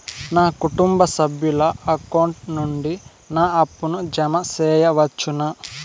నా కుటుంబ సభ్యుల అకౌంట్ నుండి నా అప్పును జామ సెయవచ్చునా?